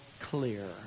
clear